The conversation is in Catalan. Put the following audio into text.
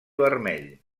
vermell